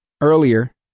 earlier